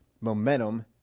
momentum